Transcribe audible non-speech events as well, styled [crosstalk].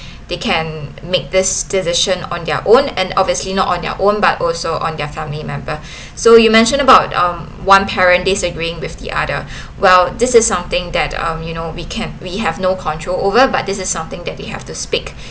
they can make this decision on their own and obviously not on your own but also on their family member so you mentioned about um one parent disagreeing with the other [breath] well this is something that um you know we can we have no control over but this is something that they have to speak